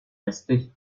rester